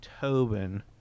Tobin